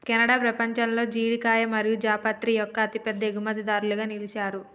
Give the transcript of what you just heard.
Canada పపంచంలో జీడికాయ మరియు జాపత్రి యొక్క అతిపెద్ద ఎగుమతిదారులుగా నిలిచారు